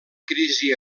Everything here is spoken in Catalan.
crisi